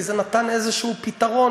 כי זה נתן איזשהו פתרון,